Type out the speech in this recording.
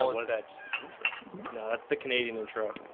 ah that's you know that's the canadian intro